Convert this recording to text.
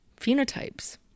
phenotypes